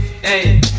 Hey